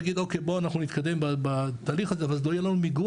יגיד אוקיי בוא אנחנו נתקדם בתהליך הזה אבל אז לא יהיה לנו מיגון,